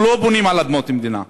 אנחנו לא בונים על אדמות מדינה.